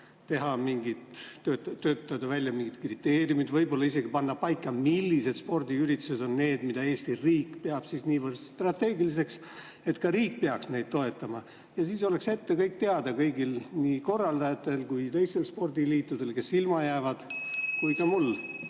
võimalik töötada välja mingid kriteeriumid, võib-olla isegi panna paika, millised spordiüritused on need, mida Eesti riik peab niivõrd strateegiliseks, et riik peaks neid toetama. Siis oleks kõik ette teada kõigil, nii korraldajatel, teistel spordiliitudel, kes ilma jäävad, kui ka mul